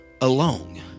alone